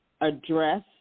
address